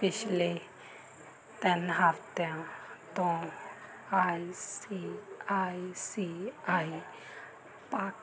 ਪਿਛਲੇ ਤਿੰਨ ਹਫ਼ਤਿਆਂ ਤੋਂ I C I C I ਪਾ